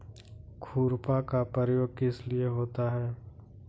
खुरपा का प्रयोग किस लिए होता है?